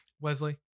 Wesley